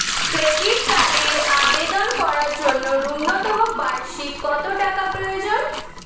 Credit কার্ডের আবেদন করার জন্য ন্যূনতম বার্ষিক কত টাকা প্রয়োজন?